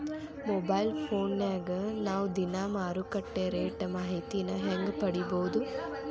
Mobile ಫೋನ್ಯಾಗ ನಾವ್ ದಿನಾ ಮಾರುಕಟ್ಟೆ ರೇಟ್ ಮಾಹಿತಿನ ಹೆಂಗ್ ಪಡಿಬೋದು?